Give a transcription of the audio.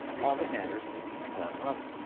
all that matters is that you've begun running